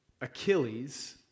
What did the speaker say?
Achilles